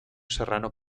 serrano